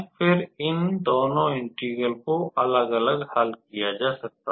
फिर इन दोनों इंटेग्रल को अलग अलग हल किया जा सकता है